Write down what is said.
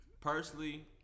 personally